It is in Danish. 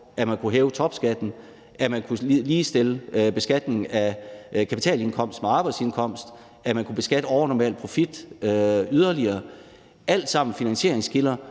at man skulle hæve topskatten, at man ligestillede beskatningen af kapitalindkomst med arbejdsindkomst, at man beskattede overnormal profit yderligere – alt sammen finansieringskilder,